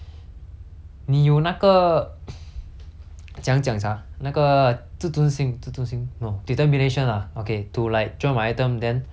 怎样讲 sia 那个自尊心自尊心 no determination lah okay to like join my item then despite knowing that the first impression is